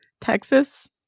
Texas